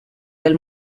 del